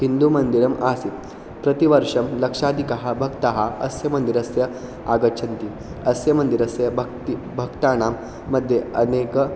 हिन्दुमन्दिरम् आसीत् प्रतिवर्षं लक्षाधिकाः भक्ताः अस्य मन्दिरस्य आगच्छन्ति अस्य मन्दिरस्य भक्तिः भक्तानां मध्ये अनेकः